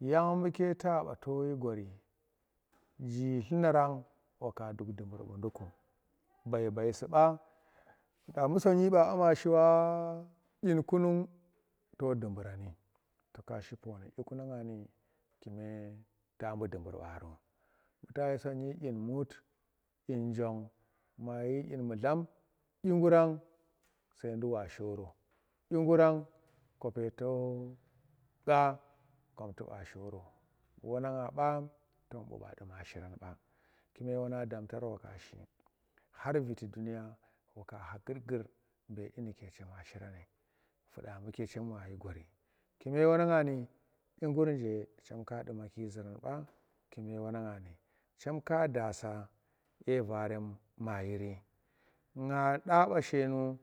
yang buke taba toshi gori shii dlunang waka duk dubur ba duko bai bai suba ba bu sonyi ba awa shi wa dyin kunnun to duburani to da to kashi pooni dyiku nangni ngime ta bu dubur baro buta khul sonyi dyin mut dyin jong mayir dyin mulam dyigura sai nduk wa shoro dyigwa kope to qwa kom tuba shoro bu wanang bo tom bubha duma shiran ba kuwe nang damtar wakashi khar viti duniya waka kha gurgur be dyinuke kor fuda buke chem washi gori kume wanang ni dyi gur nje chem ka dumaki zuran ba kume chem ka daasa dye varem maa yiri nga da ba shenu.